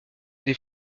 des